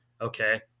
Okay